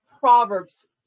Proverbs